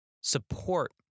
support